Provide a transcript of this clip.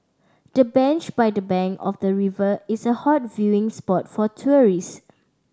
the bench by the bank of the river is a hot viewing spot for tourist